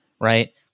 right